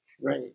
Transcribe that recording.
right